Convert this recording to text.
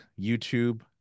YouTube